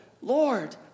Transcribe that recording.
Lord